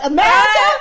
America